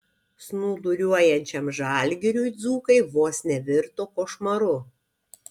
snūduriuojančiam žalgiriui dzūkai vos nevirto košmaru